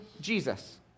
Jesus